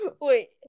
wait